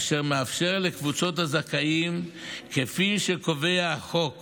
אשר מאפשר לקבוצות הזכאים כפי שקובע החוק